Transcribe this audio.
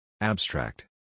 Abstract